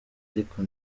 ariko